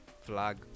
flag